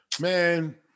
Man